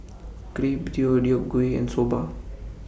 Crepe Deodeok Gui and Soba